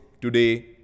Today